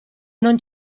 non